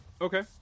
Okay